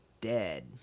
dead